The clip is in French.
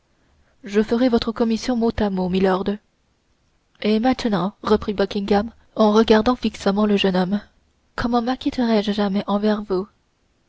je ferai votre commission mot à mot milord et maintenant reprit buckingham en regardant fixement le jeune homme comment macquitterai je jamais envers vous